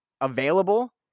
available